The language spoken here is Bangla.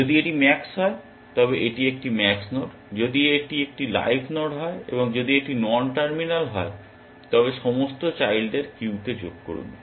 যদি এটি ম্যাক্স হয় তবে এটি একটি ম্যাক্স নোড এবং যদি এটি একটি লাইভ নোড হয় এবং যদি এটি নন টার্মিনাল হয় তবে সমস্ত চাইল্ডদের কিউতে যোগ করুন